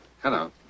Hello